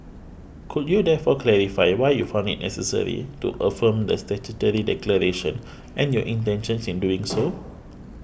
could you therefore clarify why you found it necessary to affirm the statutory declaration and your intentions in doing so